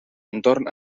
entorn